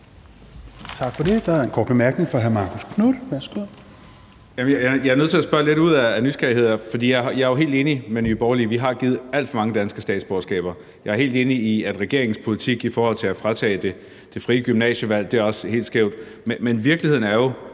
Jeg er nødt til at spørge, lidt ud af nysgerrighed, for jeg er jo helt enig med Nye Borgerlige i, at vi har givet alt for mange danske statsborgerskaber, og jeg er helt enig i, at regeringens politik i forhold til at fratage det frie gymnasievalg også er helt skæv, men virkeligheden er jo,